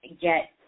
get